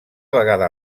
vegada